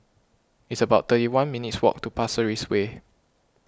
it's about thirty one minutes' walk to Pasir Ris Way